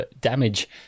damage